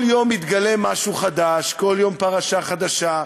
כל יום מתגלה משהו חדש, כל יום פרשה חדשה,